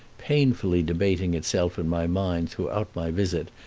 painfully debating itself in my mind throughout my visit,